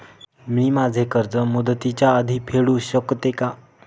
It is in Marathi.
मी माझे कर्ज मुदतीच्या आधी फेडू शकते का?